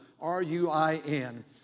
R-U-I-N